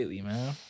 man